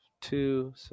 two